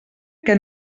que